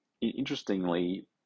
interestingly